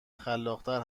خلاقتر